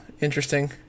Interesting